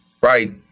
right